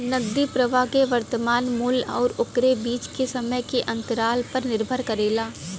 नकदी प्रवाह के वर्तमान मूल्य आउर ओकरे बीच के समय के अंतराल पर निर्भर करेला